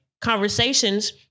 conversations